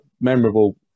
memorable